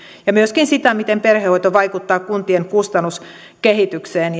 ja myöskin sitä miten perhehoito vaikuttaa kuntien kustannuskehitykseen